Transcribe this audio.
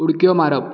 उडक्यो मारप